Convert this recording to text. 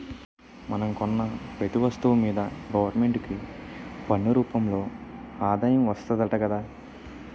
మనం కొన్న పెతీ ఒస్తువు మీదా గవరమెంటుకి పన్ను రూపంలో ఆదాయం వస్తాదట గదా